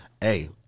Hey